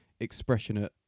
expressionate